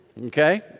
okay